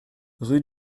rue